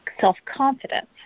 self-confidence